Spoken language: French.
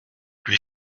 lui